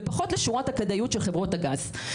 ופחות לשורת הכדאיות של חברות הגז.